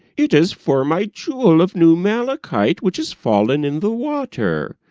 it is for my jewel of new malachite which is fallen in the water.